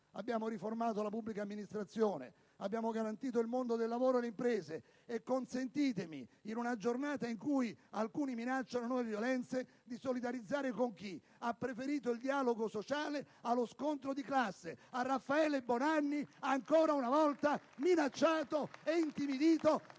Abbiamo riformato la pubblica amministrazione, abbiamo garantito il mondo del lavoro e le imprese; e consentitemi, in una giornata in cui alcuni minacciano nuove violenze, di solidarizzare con chi ha preferito il dialogo sociale allo scontro di classe, con Raffaele Bonanni, ancora una volta minacciato e intimidito